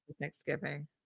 Thanksgiving